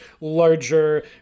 larger